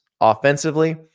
offensively